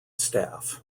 staff